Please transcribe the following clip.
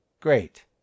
Great